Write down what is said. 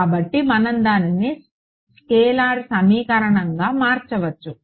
కాబట్టి మనం దానిని స్కేలార్ సమీకరణంగా మార్చవచ్చు